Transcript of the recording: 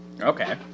Okay